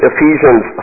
Ephesians